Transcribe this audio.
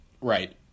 Right